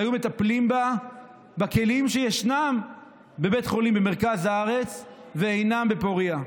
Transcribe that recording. והיו מטפלים בכלים שישנם בבית חולים במרכז הארץ ואינם בפוריה.